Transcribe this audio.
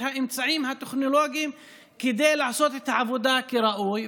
האמצעים הטכנולוגיים כדי לעשות את העבודה כראוי,